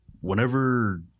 whenever